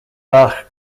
bach